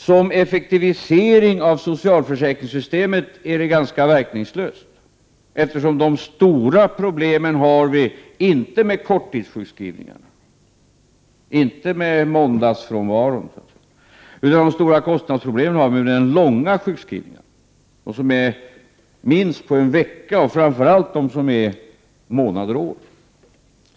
Som effektivisering av socialförsäkringssystemet är metoden ganska verkningslös. De stora problemen har vi nämligen inte med korttidssjukskrivningarna, inte med måndagsfrånvaron, utan med de långa sjukskrivningarna på minst en vecka och framför allt på månader och år.